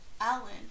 Alan